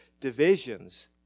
divisions